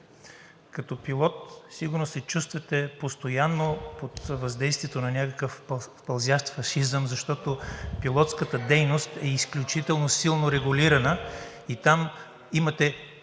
Като пилот сигурно се чувствате постоянно под въздействието на някакъв пълзящ фашизъм, защото пилотската дейност е изключително силно регулирана – там имате